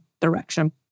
direction